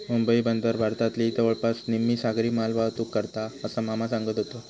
मुंबई बंदर भारतातली जवळपास निम्मी सागरी मालवाहतूक करता, असा मामा सांगत व्हतो